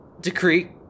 decree